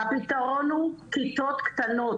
שהפתרון הוא כיתות קטנות.